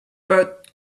but